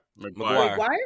McGuire